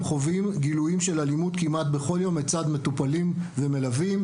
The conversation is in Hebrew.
חווים גילויים של אלימות כמעט בכל יום מצד מטופלים ומלווים.